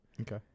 Okay